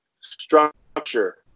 structure